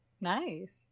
Nice